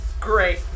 Great